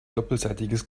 doppelseitiges